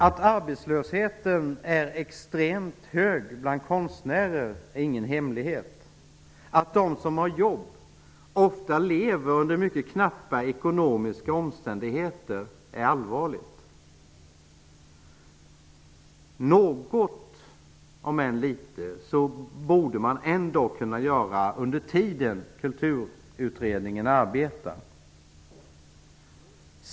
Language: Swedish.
Att arbetslösheten är extremt hög bland konstnärer är ingen hemlighet, och att de som har jobb ofta lever under mycket knappa ekonomiska omständigheter är allvarligt. Något, om än litet, borde vi kunna göra under tiden som Kulturutredningen arbetar.